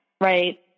right